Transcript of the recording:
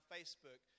Facebook